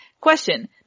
Question